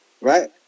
Right